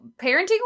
parenting